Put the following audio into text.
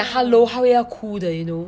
so 你跟她讲 hello 她会要哭的 you know